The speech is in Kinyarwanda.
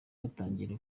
batangira